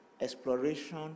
exploration